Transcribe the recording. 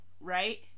right